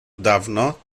dawno